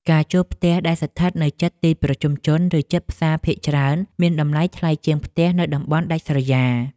ការជួលផ្ទះដែលស្ថិតនៅជិតទីប្រជុំជន ឬជិតផ្សារភាគច្រើនមានតម្លៃថ្លៃជាងផ្ទះនៅតំបន់ដាច់ស្រយាល។